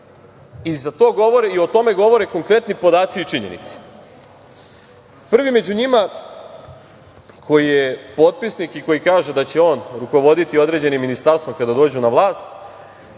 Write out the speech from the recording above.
O tome govore konkretni podaci i činjenice. Prvi među njima koji je potpisnik i koji kaže da će on rukovoditi određenim ministarstvom kada dođu na vlast